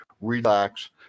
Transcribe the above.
Relax